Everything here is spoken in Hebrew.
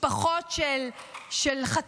כלפי משפחות של חטופים,